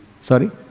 Sorry